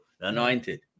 anointed